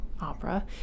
opera